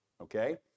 Okay